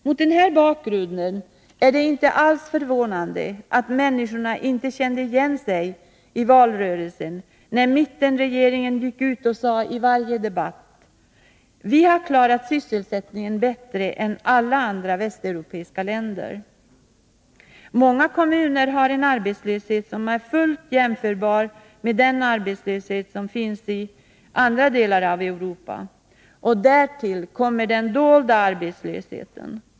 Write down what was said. Mot den här bakgrunden är det inte alls förvånande att människorna inte kände igen sig i valrörelsen, när mittenregeringen i varje debatt sade: ”Vi har klarat sysselsättningen bättre än alla andra västeuropeiska länder.” Många kommuner har en arbetslöshet som är fullt jämförbar med arbetslösheten i andra delar av Europa, och därtill kommer den dolda arbetslösheten.